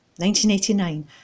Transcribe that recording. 1989